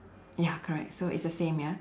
ya correct so it's the same ya